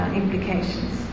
implications